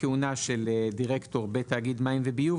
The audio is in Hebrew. כהונה של דירקטור בתאגיד מים וביוב,